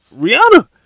Rihanna